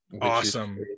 Awesome